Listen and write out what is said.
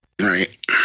Right